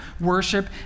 worship